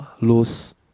lose